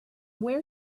where